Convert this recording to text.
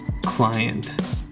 client